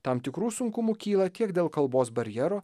tam tikrų sunkumų kyla tiek dėl kalbos barjero